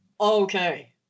Okay